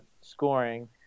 scoring